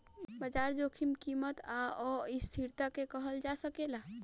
बाजार जोखिम कीमत आ अस्थिरता के कहल जा सकेला